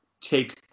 take